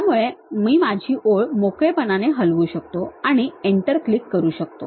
त्यामुळे मी माझी ओळ मोकळेपणाने हलवू शकतो आणि Enter क्लिक करू शकतो